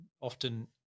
often